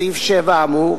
בסעיף 7 האמור,